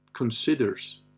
considers